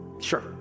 Sure